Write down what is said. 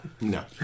No